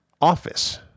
office